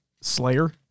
Slayer